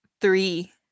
three